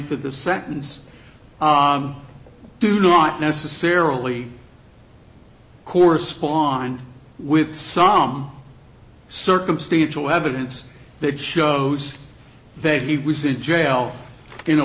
of the sentence do not necessarily correspond with some circumstantial evidence that shows that he was in jail in a